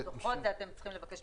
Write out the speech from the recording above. את זה אתם צריכים לבקש מהמשטרה.